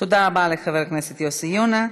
תודה רבה לחבר הכנסת יוסי יונה.